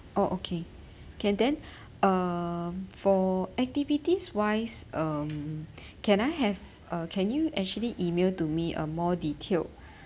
orh okay can then um for activities wise um can I have uh can you actually email to me uh more detailed